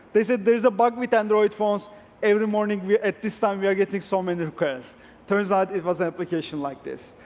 they say there's a bug with android phones every morning at this time we are getting so many requests. turns out it was an application like this.